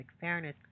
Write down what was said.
fairness